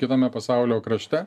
kitame pasaulio krašte